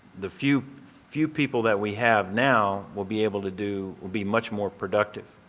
the few few people that we have now will be able to do, will be much more productive.